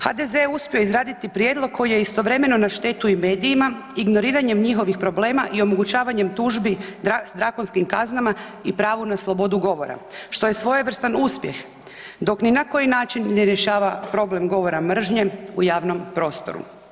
HDZ je uspio izraditi prijedlog koji je istovremeno na štetu i medijima ignoriranjem njihovih problema i omogućavanjem tužbi s drakonskim kaznama i pravu na slobodu govora, što je svojevrstan uspjeh, dok ni na koji način ne rješava problem govora mržnje u javnom prostoru.